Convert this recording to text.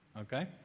Okay